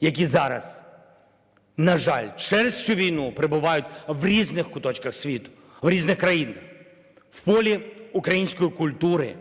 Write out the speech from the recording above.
які зараз, на жаль, через цю війну перебувають в різних куточках світу, в різних країнах, в полі української культури,